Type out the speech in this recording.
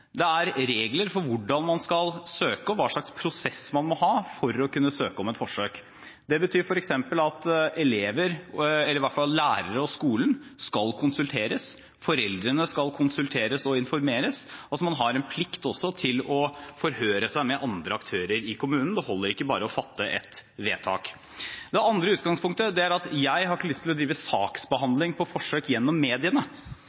det. Det er regler for hvordan man skal søke og hvilken prosess man må ha for å kunne søke om et forsøk. Det betyr f.eks. at elever – eller i hvert fall lærere og skole – skal konsulteres. Foreldrene skal konsulteres og informeres. Man har også en plikt til å forhøre seg med andre aktører i kommunen; det holder ikke bare å fatte et vedtak. Det andre utgangspunktet er at jeg ikke har lyst til å drive